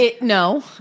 No